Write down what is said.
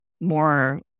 more